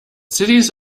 cities